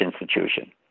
institution